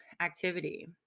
activity